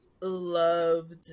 loved